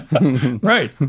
Right